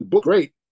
great